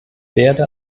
werde